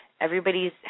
everybody's